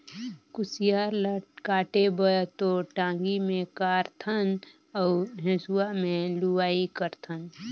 कुसियार ल काटे बर तो टांगी मे कारथन अउ हेंसुवा में लुआई करथन